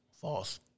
False